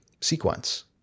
sequence